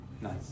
Nice